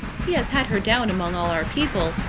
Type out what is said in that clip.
he has had her down among all our people,